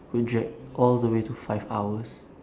could drag all the way to five hours